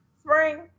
spring